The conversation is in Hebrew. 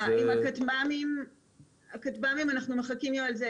עם הכטב"מים אנחנו מחכים עם זה.